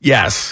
Yes